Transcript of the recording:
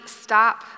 stop